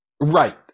Right